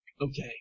Okay